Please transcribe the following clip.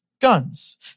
guns